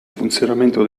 funzionamento